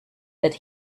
that